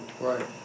Right